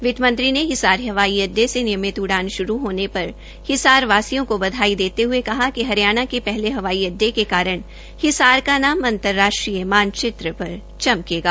वित्तमंत्री ने हिसार हवाई अड्डे से नियमित उड़ान शुरू होने पर हिसार वासियों को बधाई देते हए कहा कि हरियाणा के पाहले हवाई अडंडे के कारण हिसार का नराम अंतर्राष्ट्रीय मानचित्र पर चमकेगा